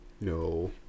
No